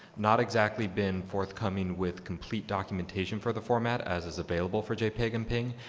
not exactly been forthcoming with complete documentation for the format, as is available for jpeg and png.